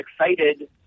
excited